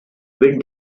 wind